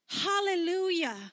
Hallelujah